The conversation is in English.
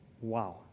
Wow